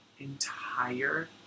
entire